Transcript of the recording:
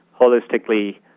holistically